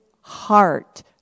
heart